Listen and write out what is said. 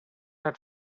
had